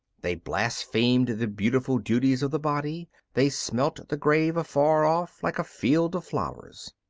they blasphemed the beautiful duties of the body they smelt the grave afar off like a field of flowers.